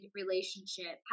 relationship